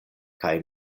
kaj